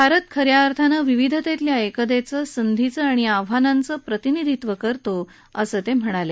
भारत खऱ्या अर्थानं विविधतेतल्या एकतेचं संधीचं आणि आव्हानांचं प्रतिनिधित्व करतो असं ते म्हणाले